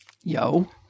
Yo